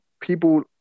people